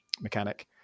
mechanic